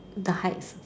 the heights